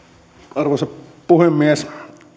arvoisa puhemies